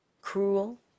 Cruel